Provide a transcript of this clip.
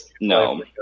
no